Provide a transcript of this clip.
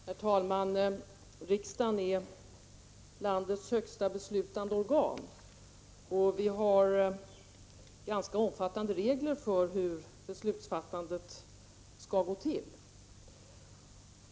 Herr talman! Riksdagen är landets högsta beslutande organ, och vi har ganska omfattande regler för hur beslutsfattandet skall gå till.